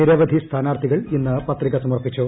നിരവധി സ്ഥാനാർത്ഥികൾ ഇന്ന് പത്രിക സമർപ്പിച്ചു